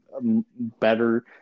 better